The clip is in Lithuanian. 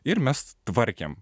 ir mes tvarkėm